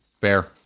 Fair